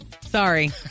Sorry